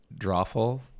drawful